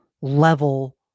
level